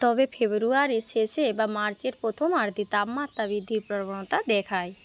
তবে ফেব্রুয়ারির শেষে বা মার্চের প্রথমার্ধে তাপমাত্রা বৃদ্ধির প্রবণতা দেখায়